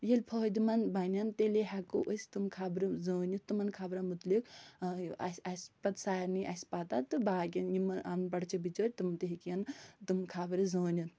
ییٚلہِ فٲیِدٕ منٛز بَنن تیٚلی ہٮ۪کَو أسۍ تِم خبرٕ زٲنِتھ تِمَن خبرَن متعلق اَسہِ اَسہِ پتہٕ سارنی آسہِ پتہ تہٕ باقِیَن یِمہٕ اَن پَڑھ چھِ بِچٲرۍ تِم تہِ ہٮ۪کن تِم خبرٕ زٲنِتھ